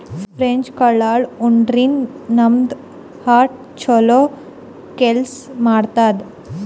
French ಕಾಳ್ಗಳ್ ಉಣಾದ್ರಿನ್ದ ನಮ್ ಹಾರ್ಟ್ ಛಲೋ ಕೆಲ್ಸ್ ಮಾಡ್ತದ್